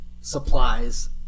supplies